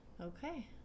Okay